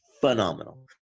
phenomenal